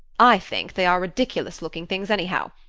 i think they are ridiculous-looking things anyhow.